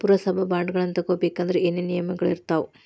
ಪುರಸಭಾ ಬಾಂಡ್ಗಳನ್ನ ತಗೊಬೇಕಂದ್ರ ಏನೇನ ನಿಯಮಗಳಿರ್ತಾವ?